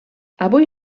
avui